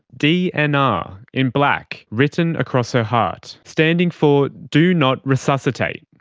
d n r, in black, written across her heart, standing for do not resuscitate.